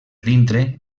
dintre